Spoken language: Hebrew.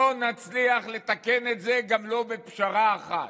לא נצליח לתקן את זה, גם לא בפשרה אחת,